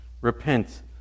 Repent